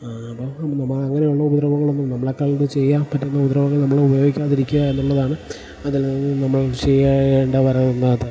അപ്പം നമ്മളങ്ങനെയുള്ള ഉപദ്രവങ്ങളൊന്നും നമ്മളേക്കാൾ ഒന്നും ചെയ്യാൻ പറ്റുന്ന ഉപദ്രവങ്ങൾ നമ്മളുപയോഗിക്കാതിരിക്കുക എന്നുള്ളതാണ് അതിൽ നിന്ന് നമ്മള് ചെയ്യേണ്ടത് എന്ന് പറയുന്നത്